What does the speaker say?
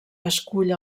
escull